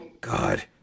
God